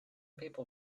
people